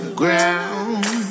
ground